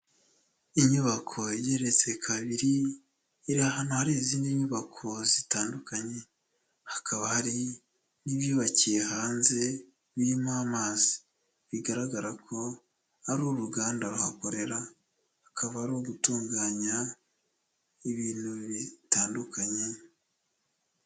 Inyubako igeretse kabiri iri ahantu hari izindi nyubako zitandukanye, hakaba hari n'ibyubakiye hanze birimo amazi, bigaragara ko ari uruganda ruhakorera, hakaba ruri gutunganya ibintu bitandukanye.